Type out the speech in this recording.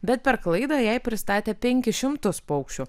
bet per klaidą jei pristatė penkis šimtus paukščių